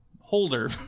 holder